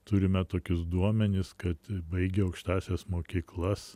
turime tokius duomenis kad baigę aukštąsias mokyklas